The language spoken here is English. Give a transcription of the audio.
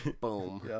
Boom